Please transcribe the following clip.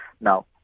Now